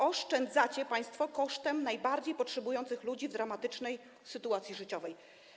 Oszczędzacie państwo kosztem ludzi najbardziej potrzebujących, ludzi w dramatycznej sytuacji życiowej.